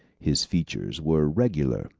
his features were regular,